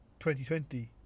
2020